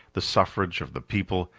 the suffrage of the people,